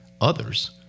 Others